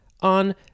on